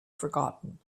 forgotten